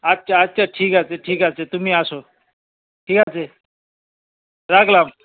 আচ্ছা আচ্ছা ঠিক আছে ঠিক আছে তুমি আসো ঠিক আছে রাখলাম